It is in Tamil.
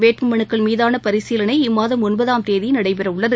வேட்பு மனுக்கள் மீதான பரிசீலனை இம்மாதம் ஒன்பதாம் தேதி நடைபெற உள்ளது